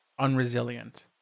unresilient